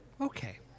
okay